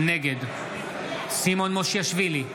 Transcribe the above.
נגד סימון מושיאשוילי,